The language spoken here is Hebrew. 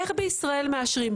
איך בישראל מאשרים?